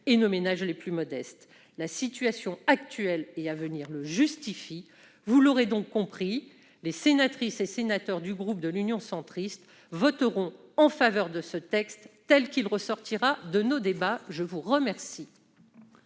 et nos ménages les plus modestes. La situation actuelle le justifie, ainsi que celle à venir. Vous l'aurez donc compris, les sénatrices et sénateurs du groupe Union Centriste voteront en faveur de ce texte, tel qu'il ressortira de nos débats. La parole